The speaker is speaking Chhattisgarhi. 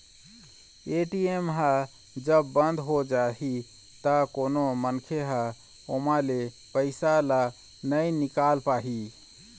ए.टी.एम ह जब बंद हो जाही त कोनो मनखे ह ओमा ले पइसा ल नइ निकाल पाही